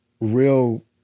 real